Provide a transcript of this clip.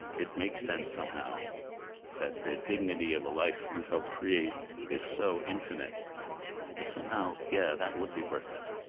it makes sense somehow that the dignity of a life you've helped create is so infinite that somehow, yeah, that would be worth it.